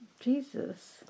Jesus